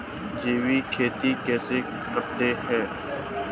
जैविक खेती कैसे करते हैं?